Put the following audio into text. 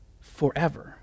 forever